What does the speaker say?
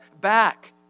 back